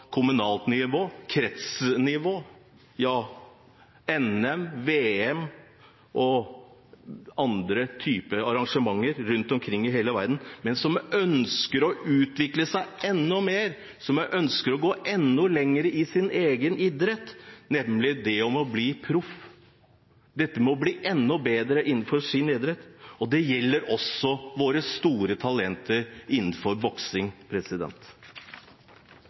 kommunalt nivå, kretsnivå, i NM, i VM og på andre typer arrangementer rundt omkring i hele verden, men som ønsker å utvikle seg enda mer, og som ønsker å gå enda lenger i sin egen idrett og bli proff. Å bli enda bedre innenfor sin egen idrett, gjelder også for våre store talenter innenfor boksing.